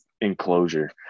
enclosure